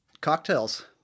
cocktails